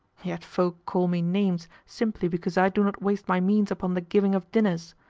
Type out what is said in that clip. yet folk call me names simply because i do not waste my means upon the giving of dinners!